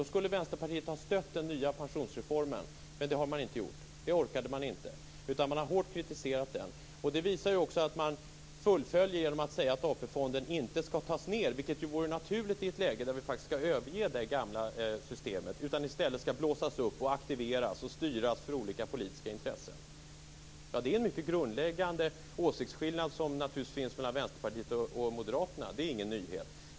Vänsterpartiet skulle ha stött den nya pensionsreformen, men det har man inte gjort. Det har man inte orkat, utan man har i stället hårt kritiserat den. Man fullföljer detta genom att säga att AP-fonden inte skall tas med, vilket vore naturligt i ett läge där det gamla systemet skall överges. I stället blir det en uppblåsning, aktivering och en styrning för olika politiska intressen. Där finns en grundläggande åsiktsskillnad mellan Vänsterpartiet och Moderaterna. Det är ingen nyhet.